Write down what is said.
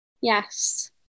Yes